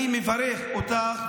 אני מברך אותך,